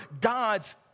God's